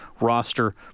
roster